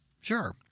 sure